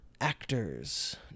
actors